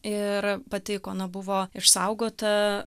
ir pati ikona buvo išsaugota